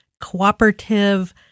cooperative